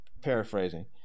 paraphrasing